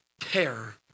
terror